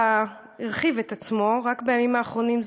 הרחיב את עצמו רק בימים האחרונים.